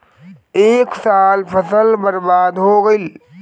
ए साल फसल बर्बाद हो गइल